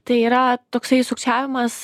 tai yra toksai sukčiavimas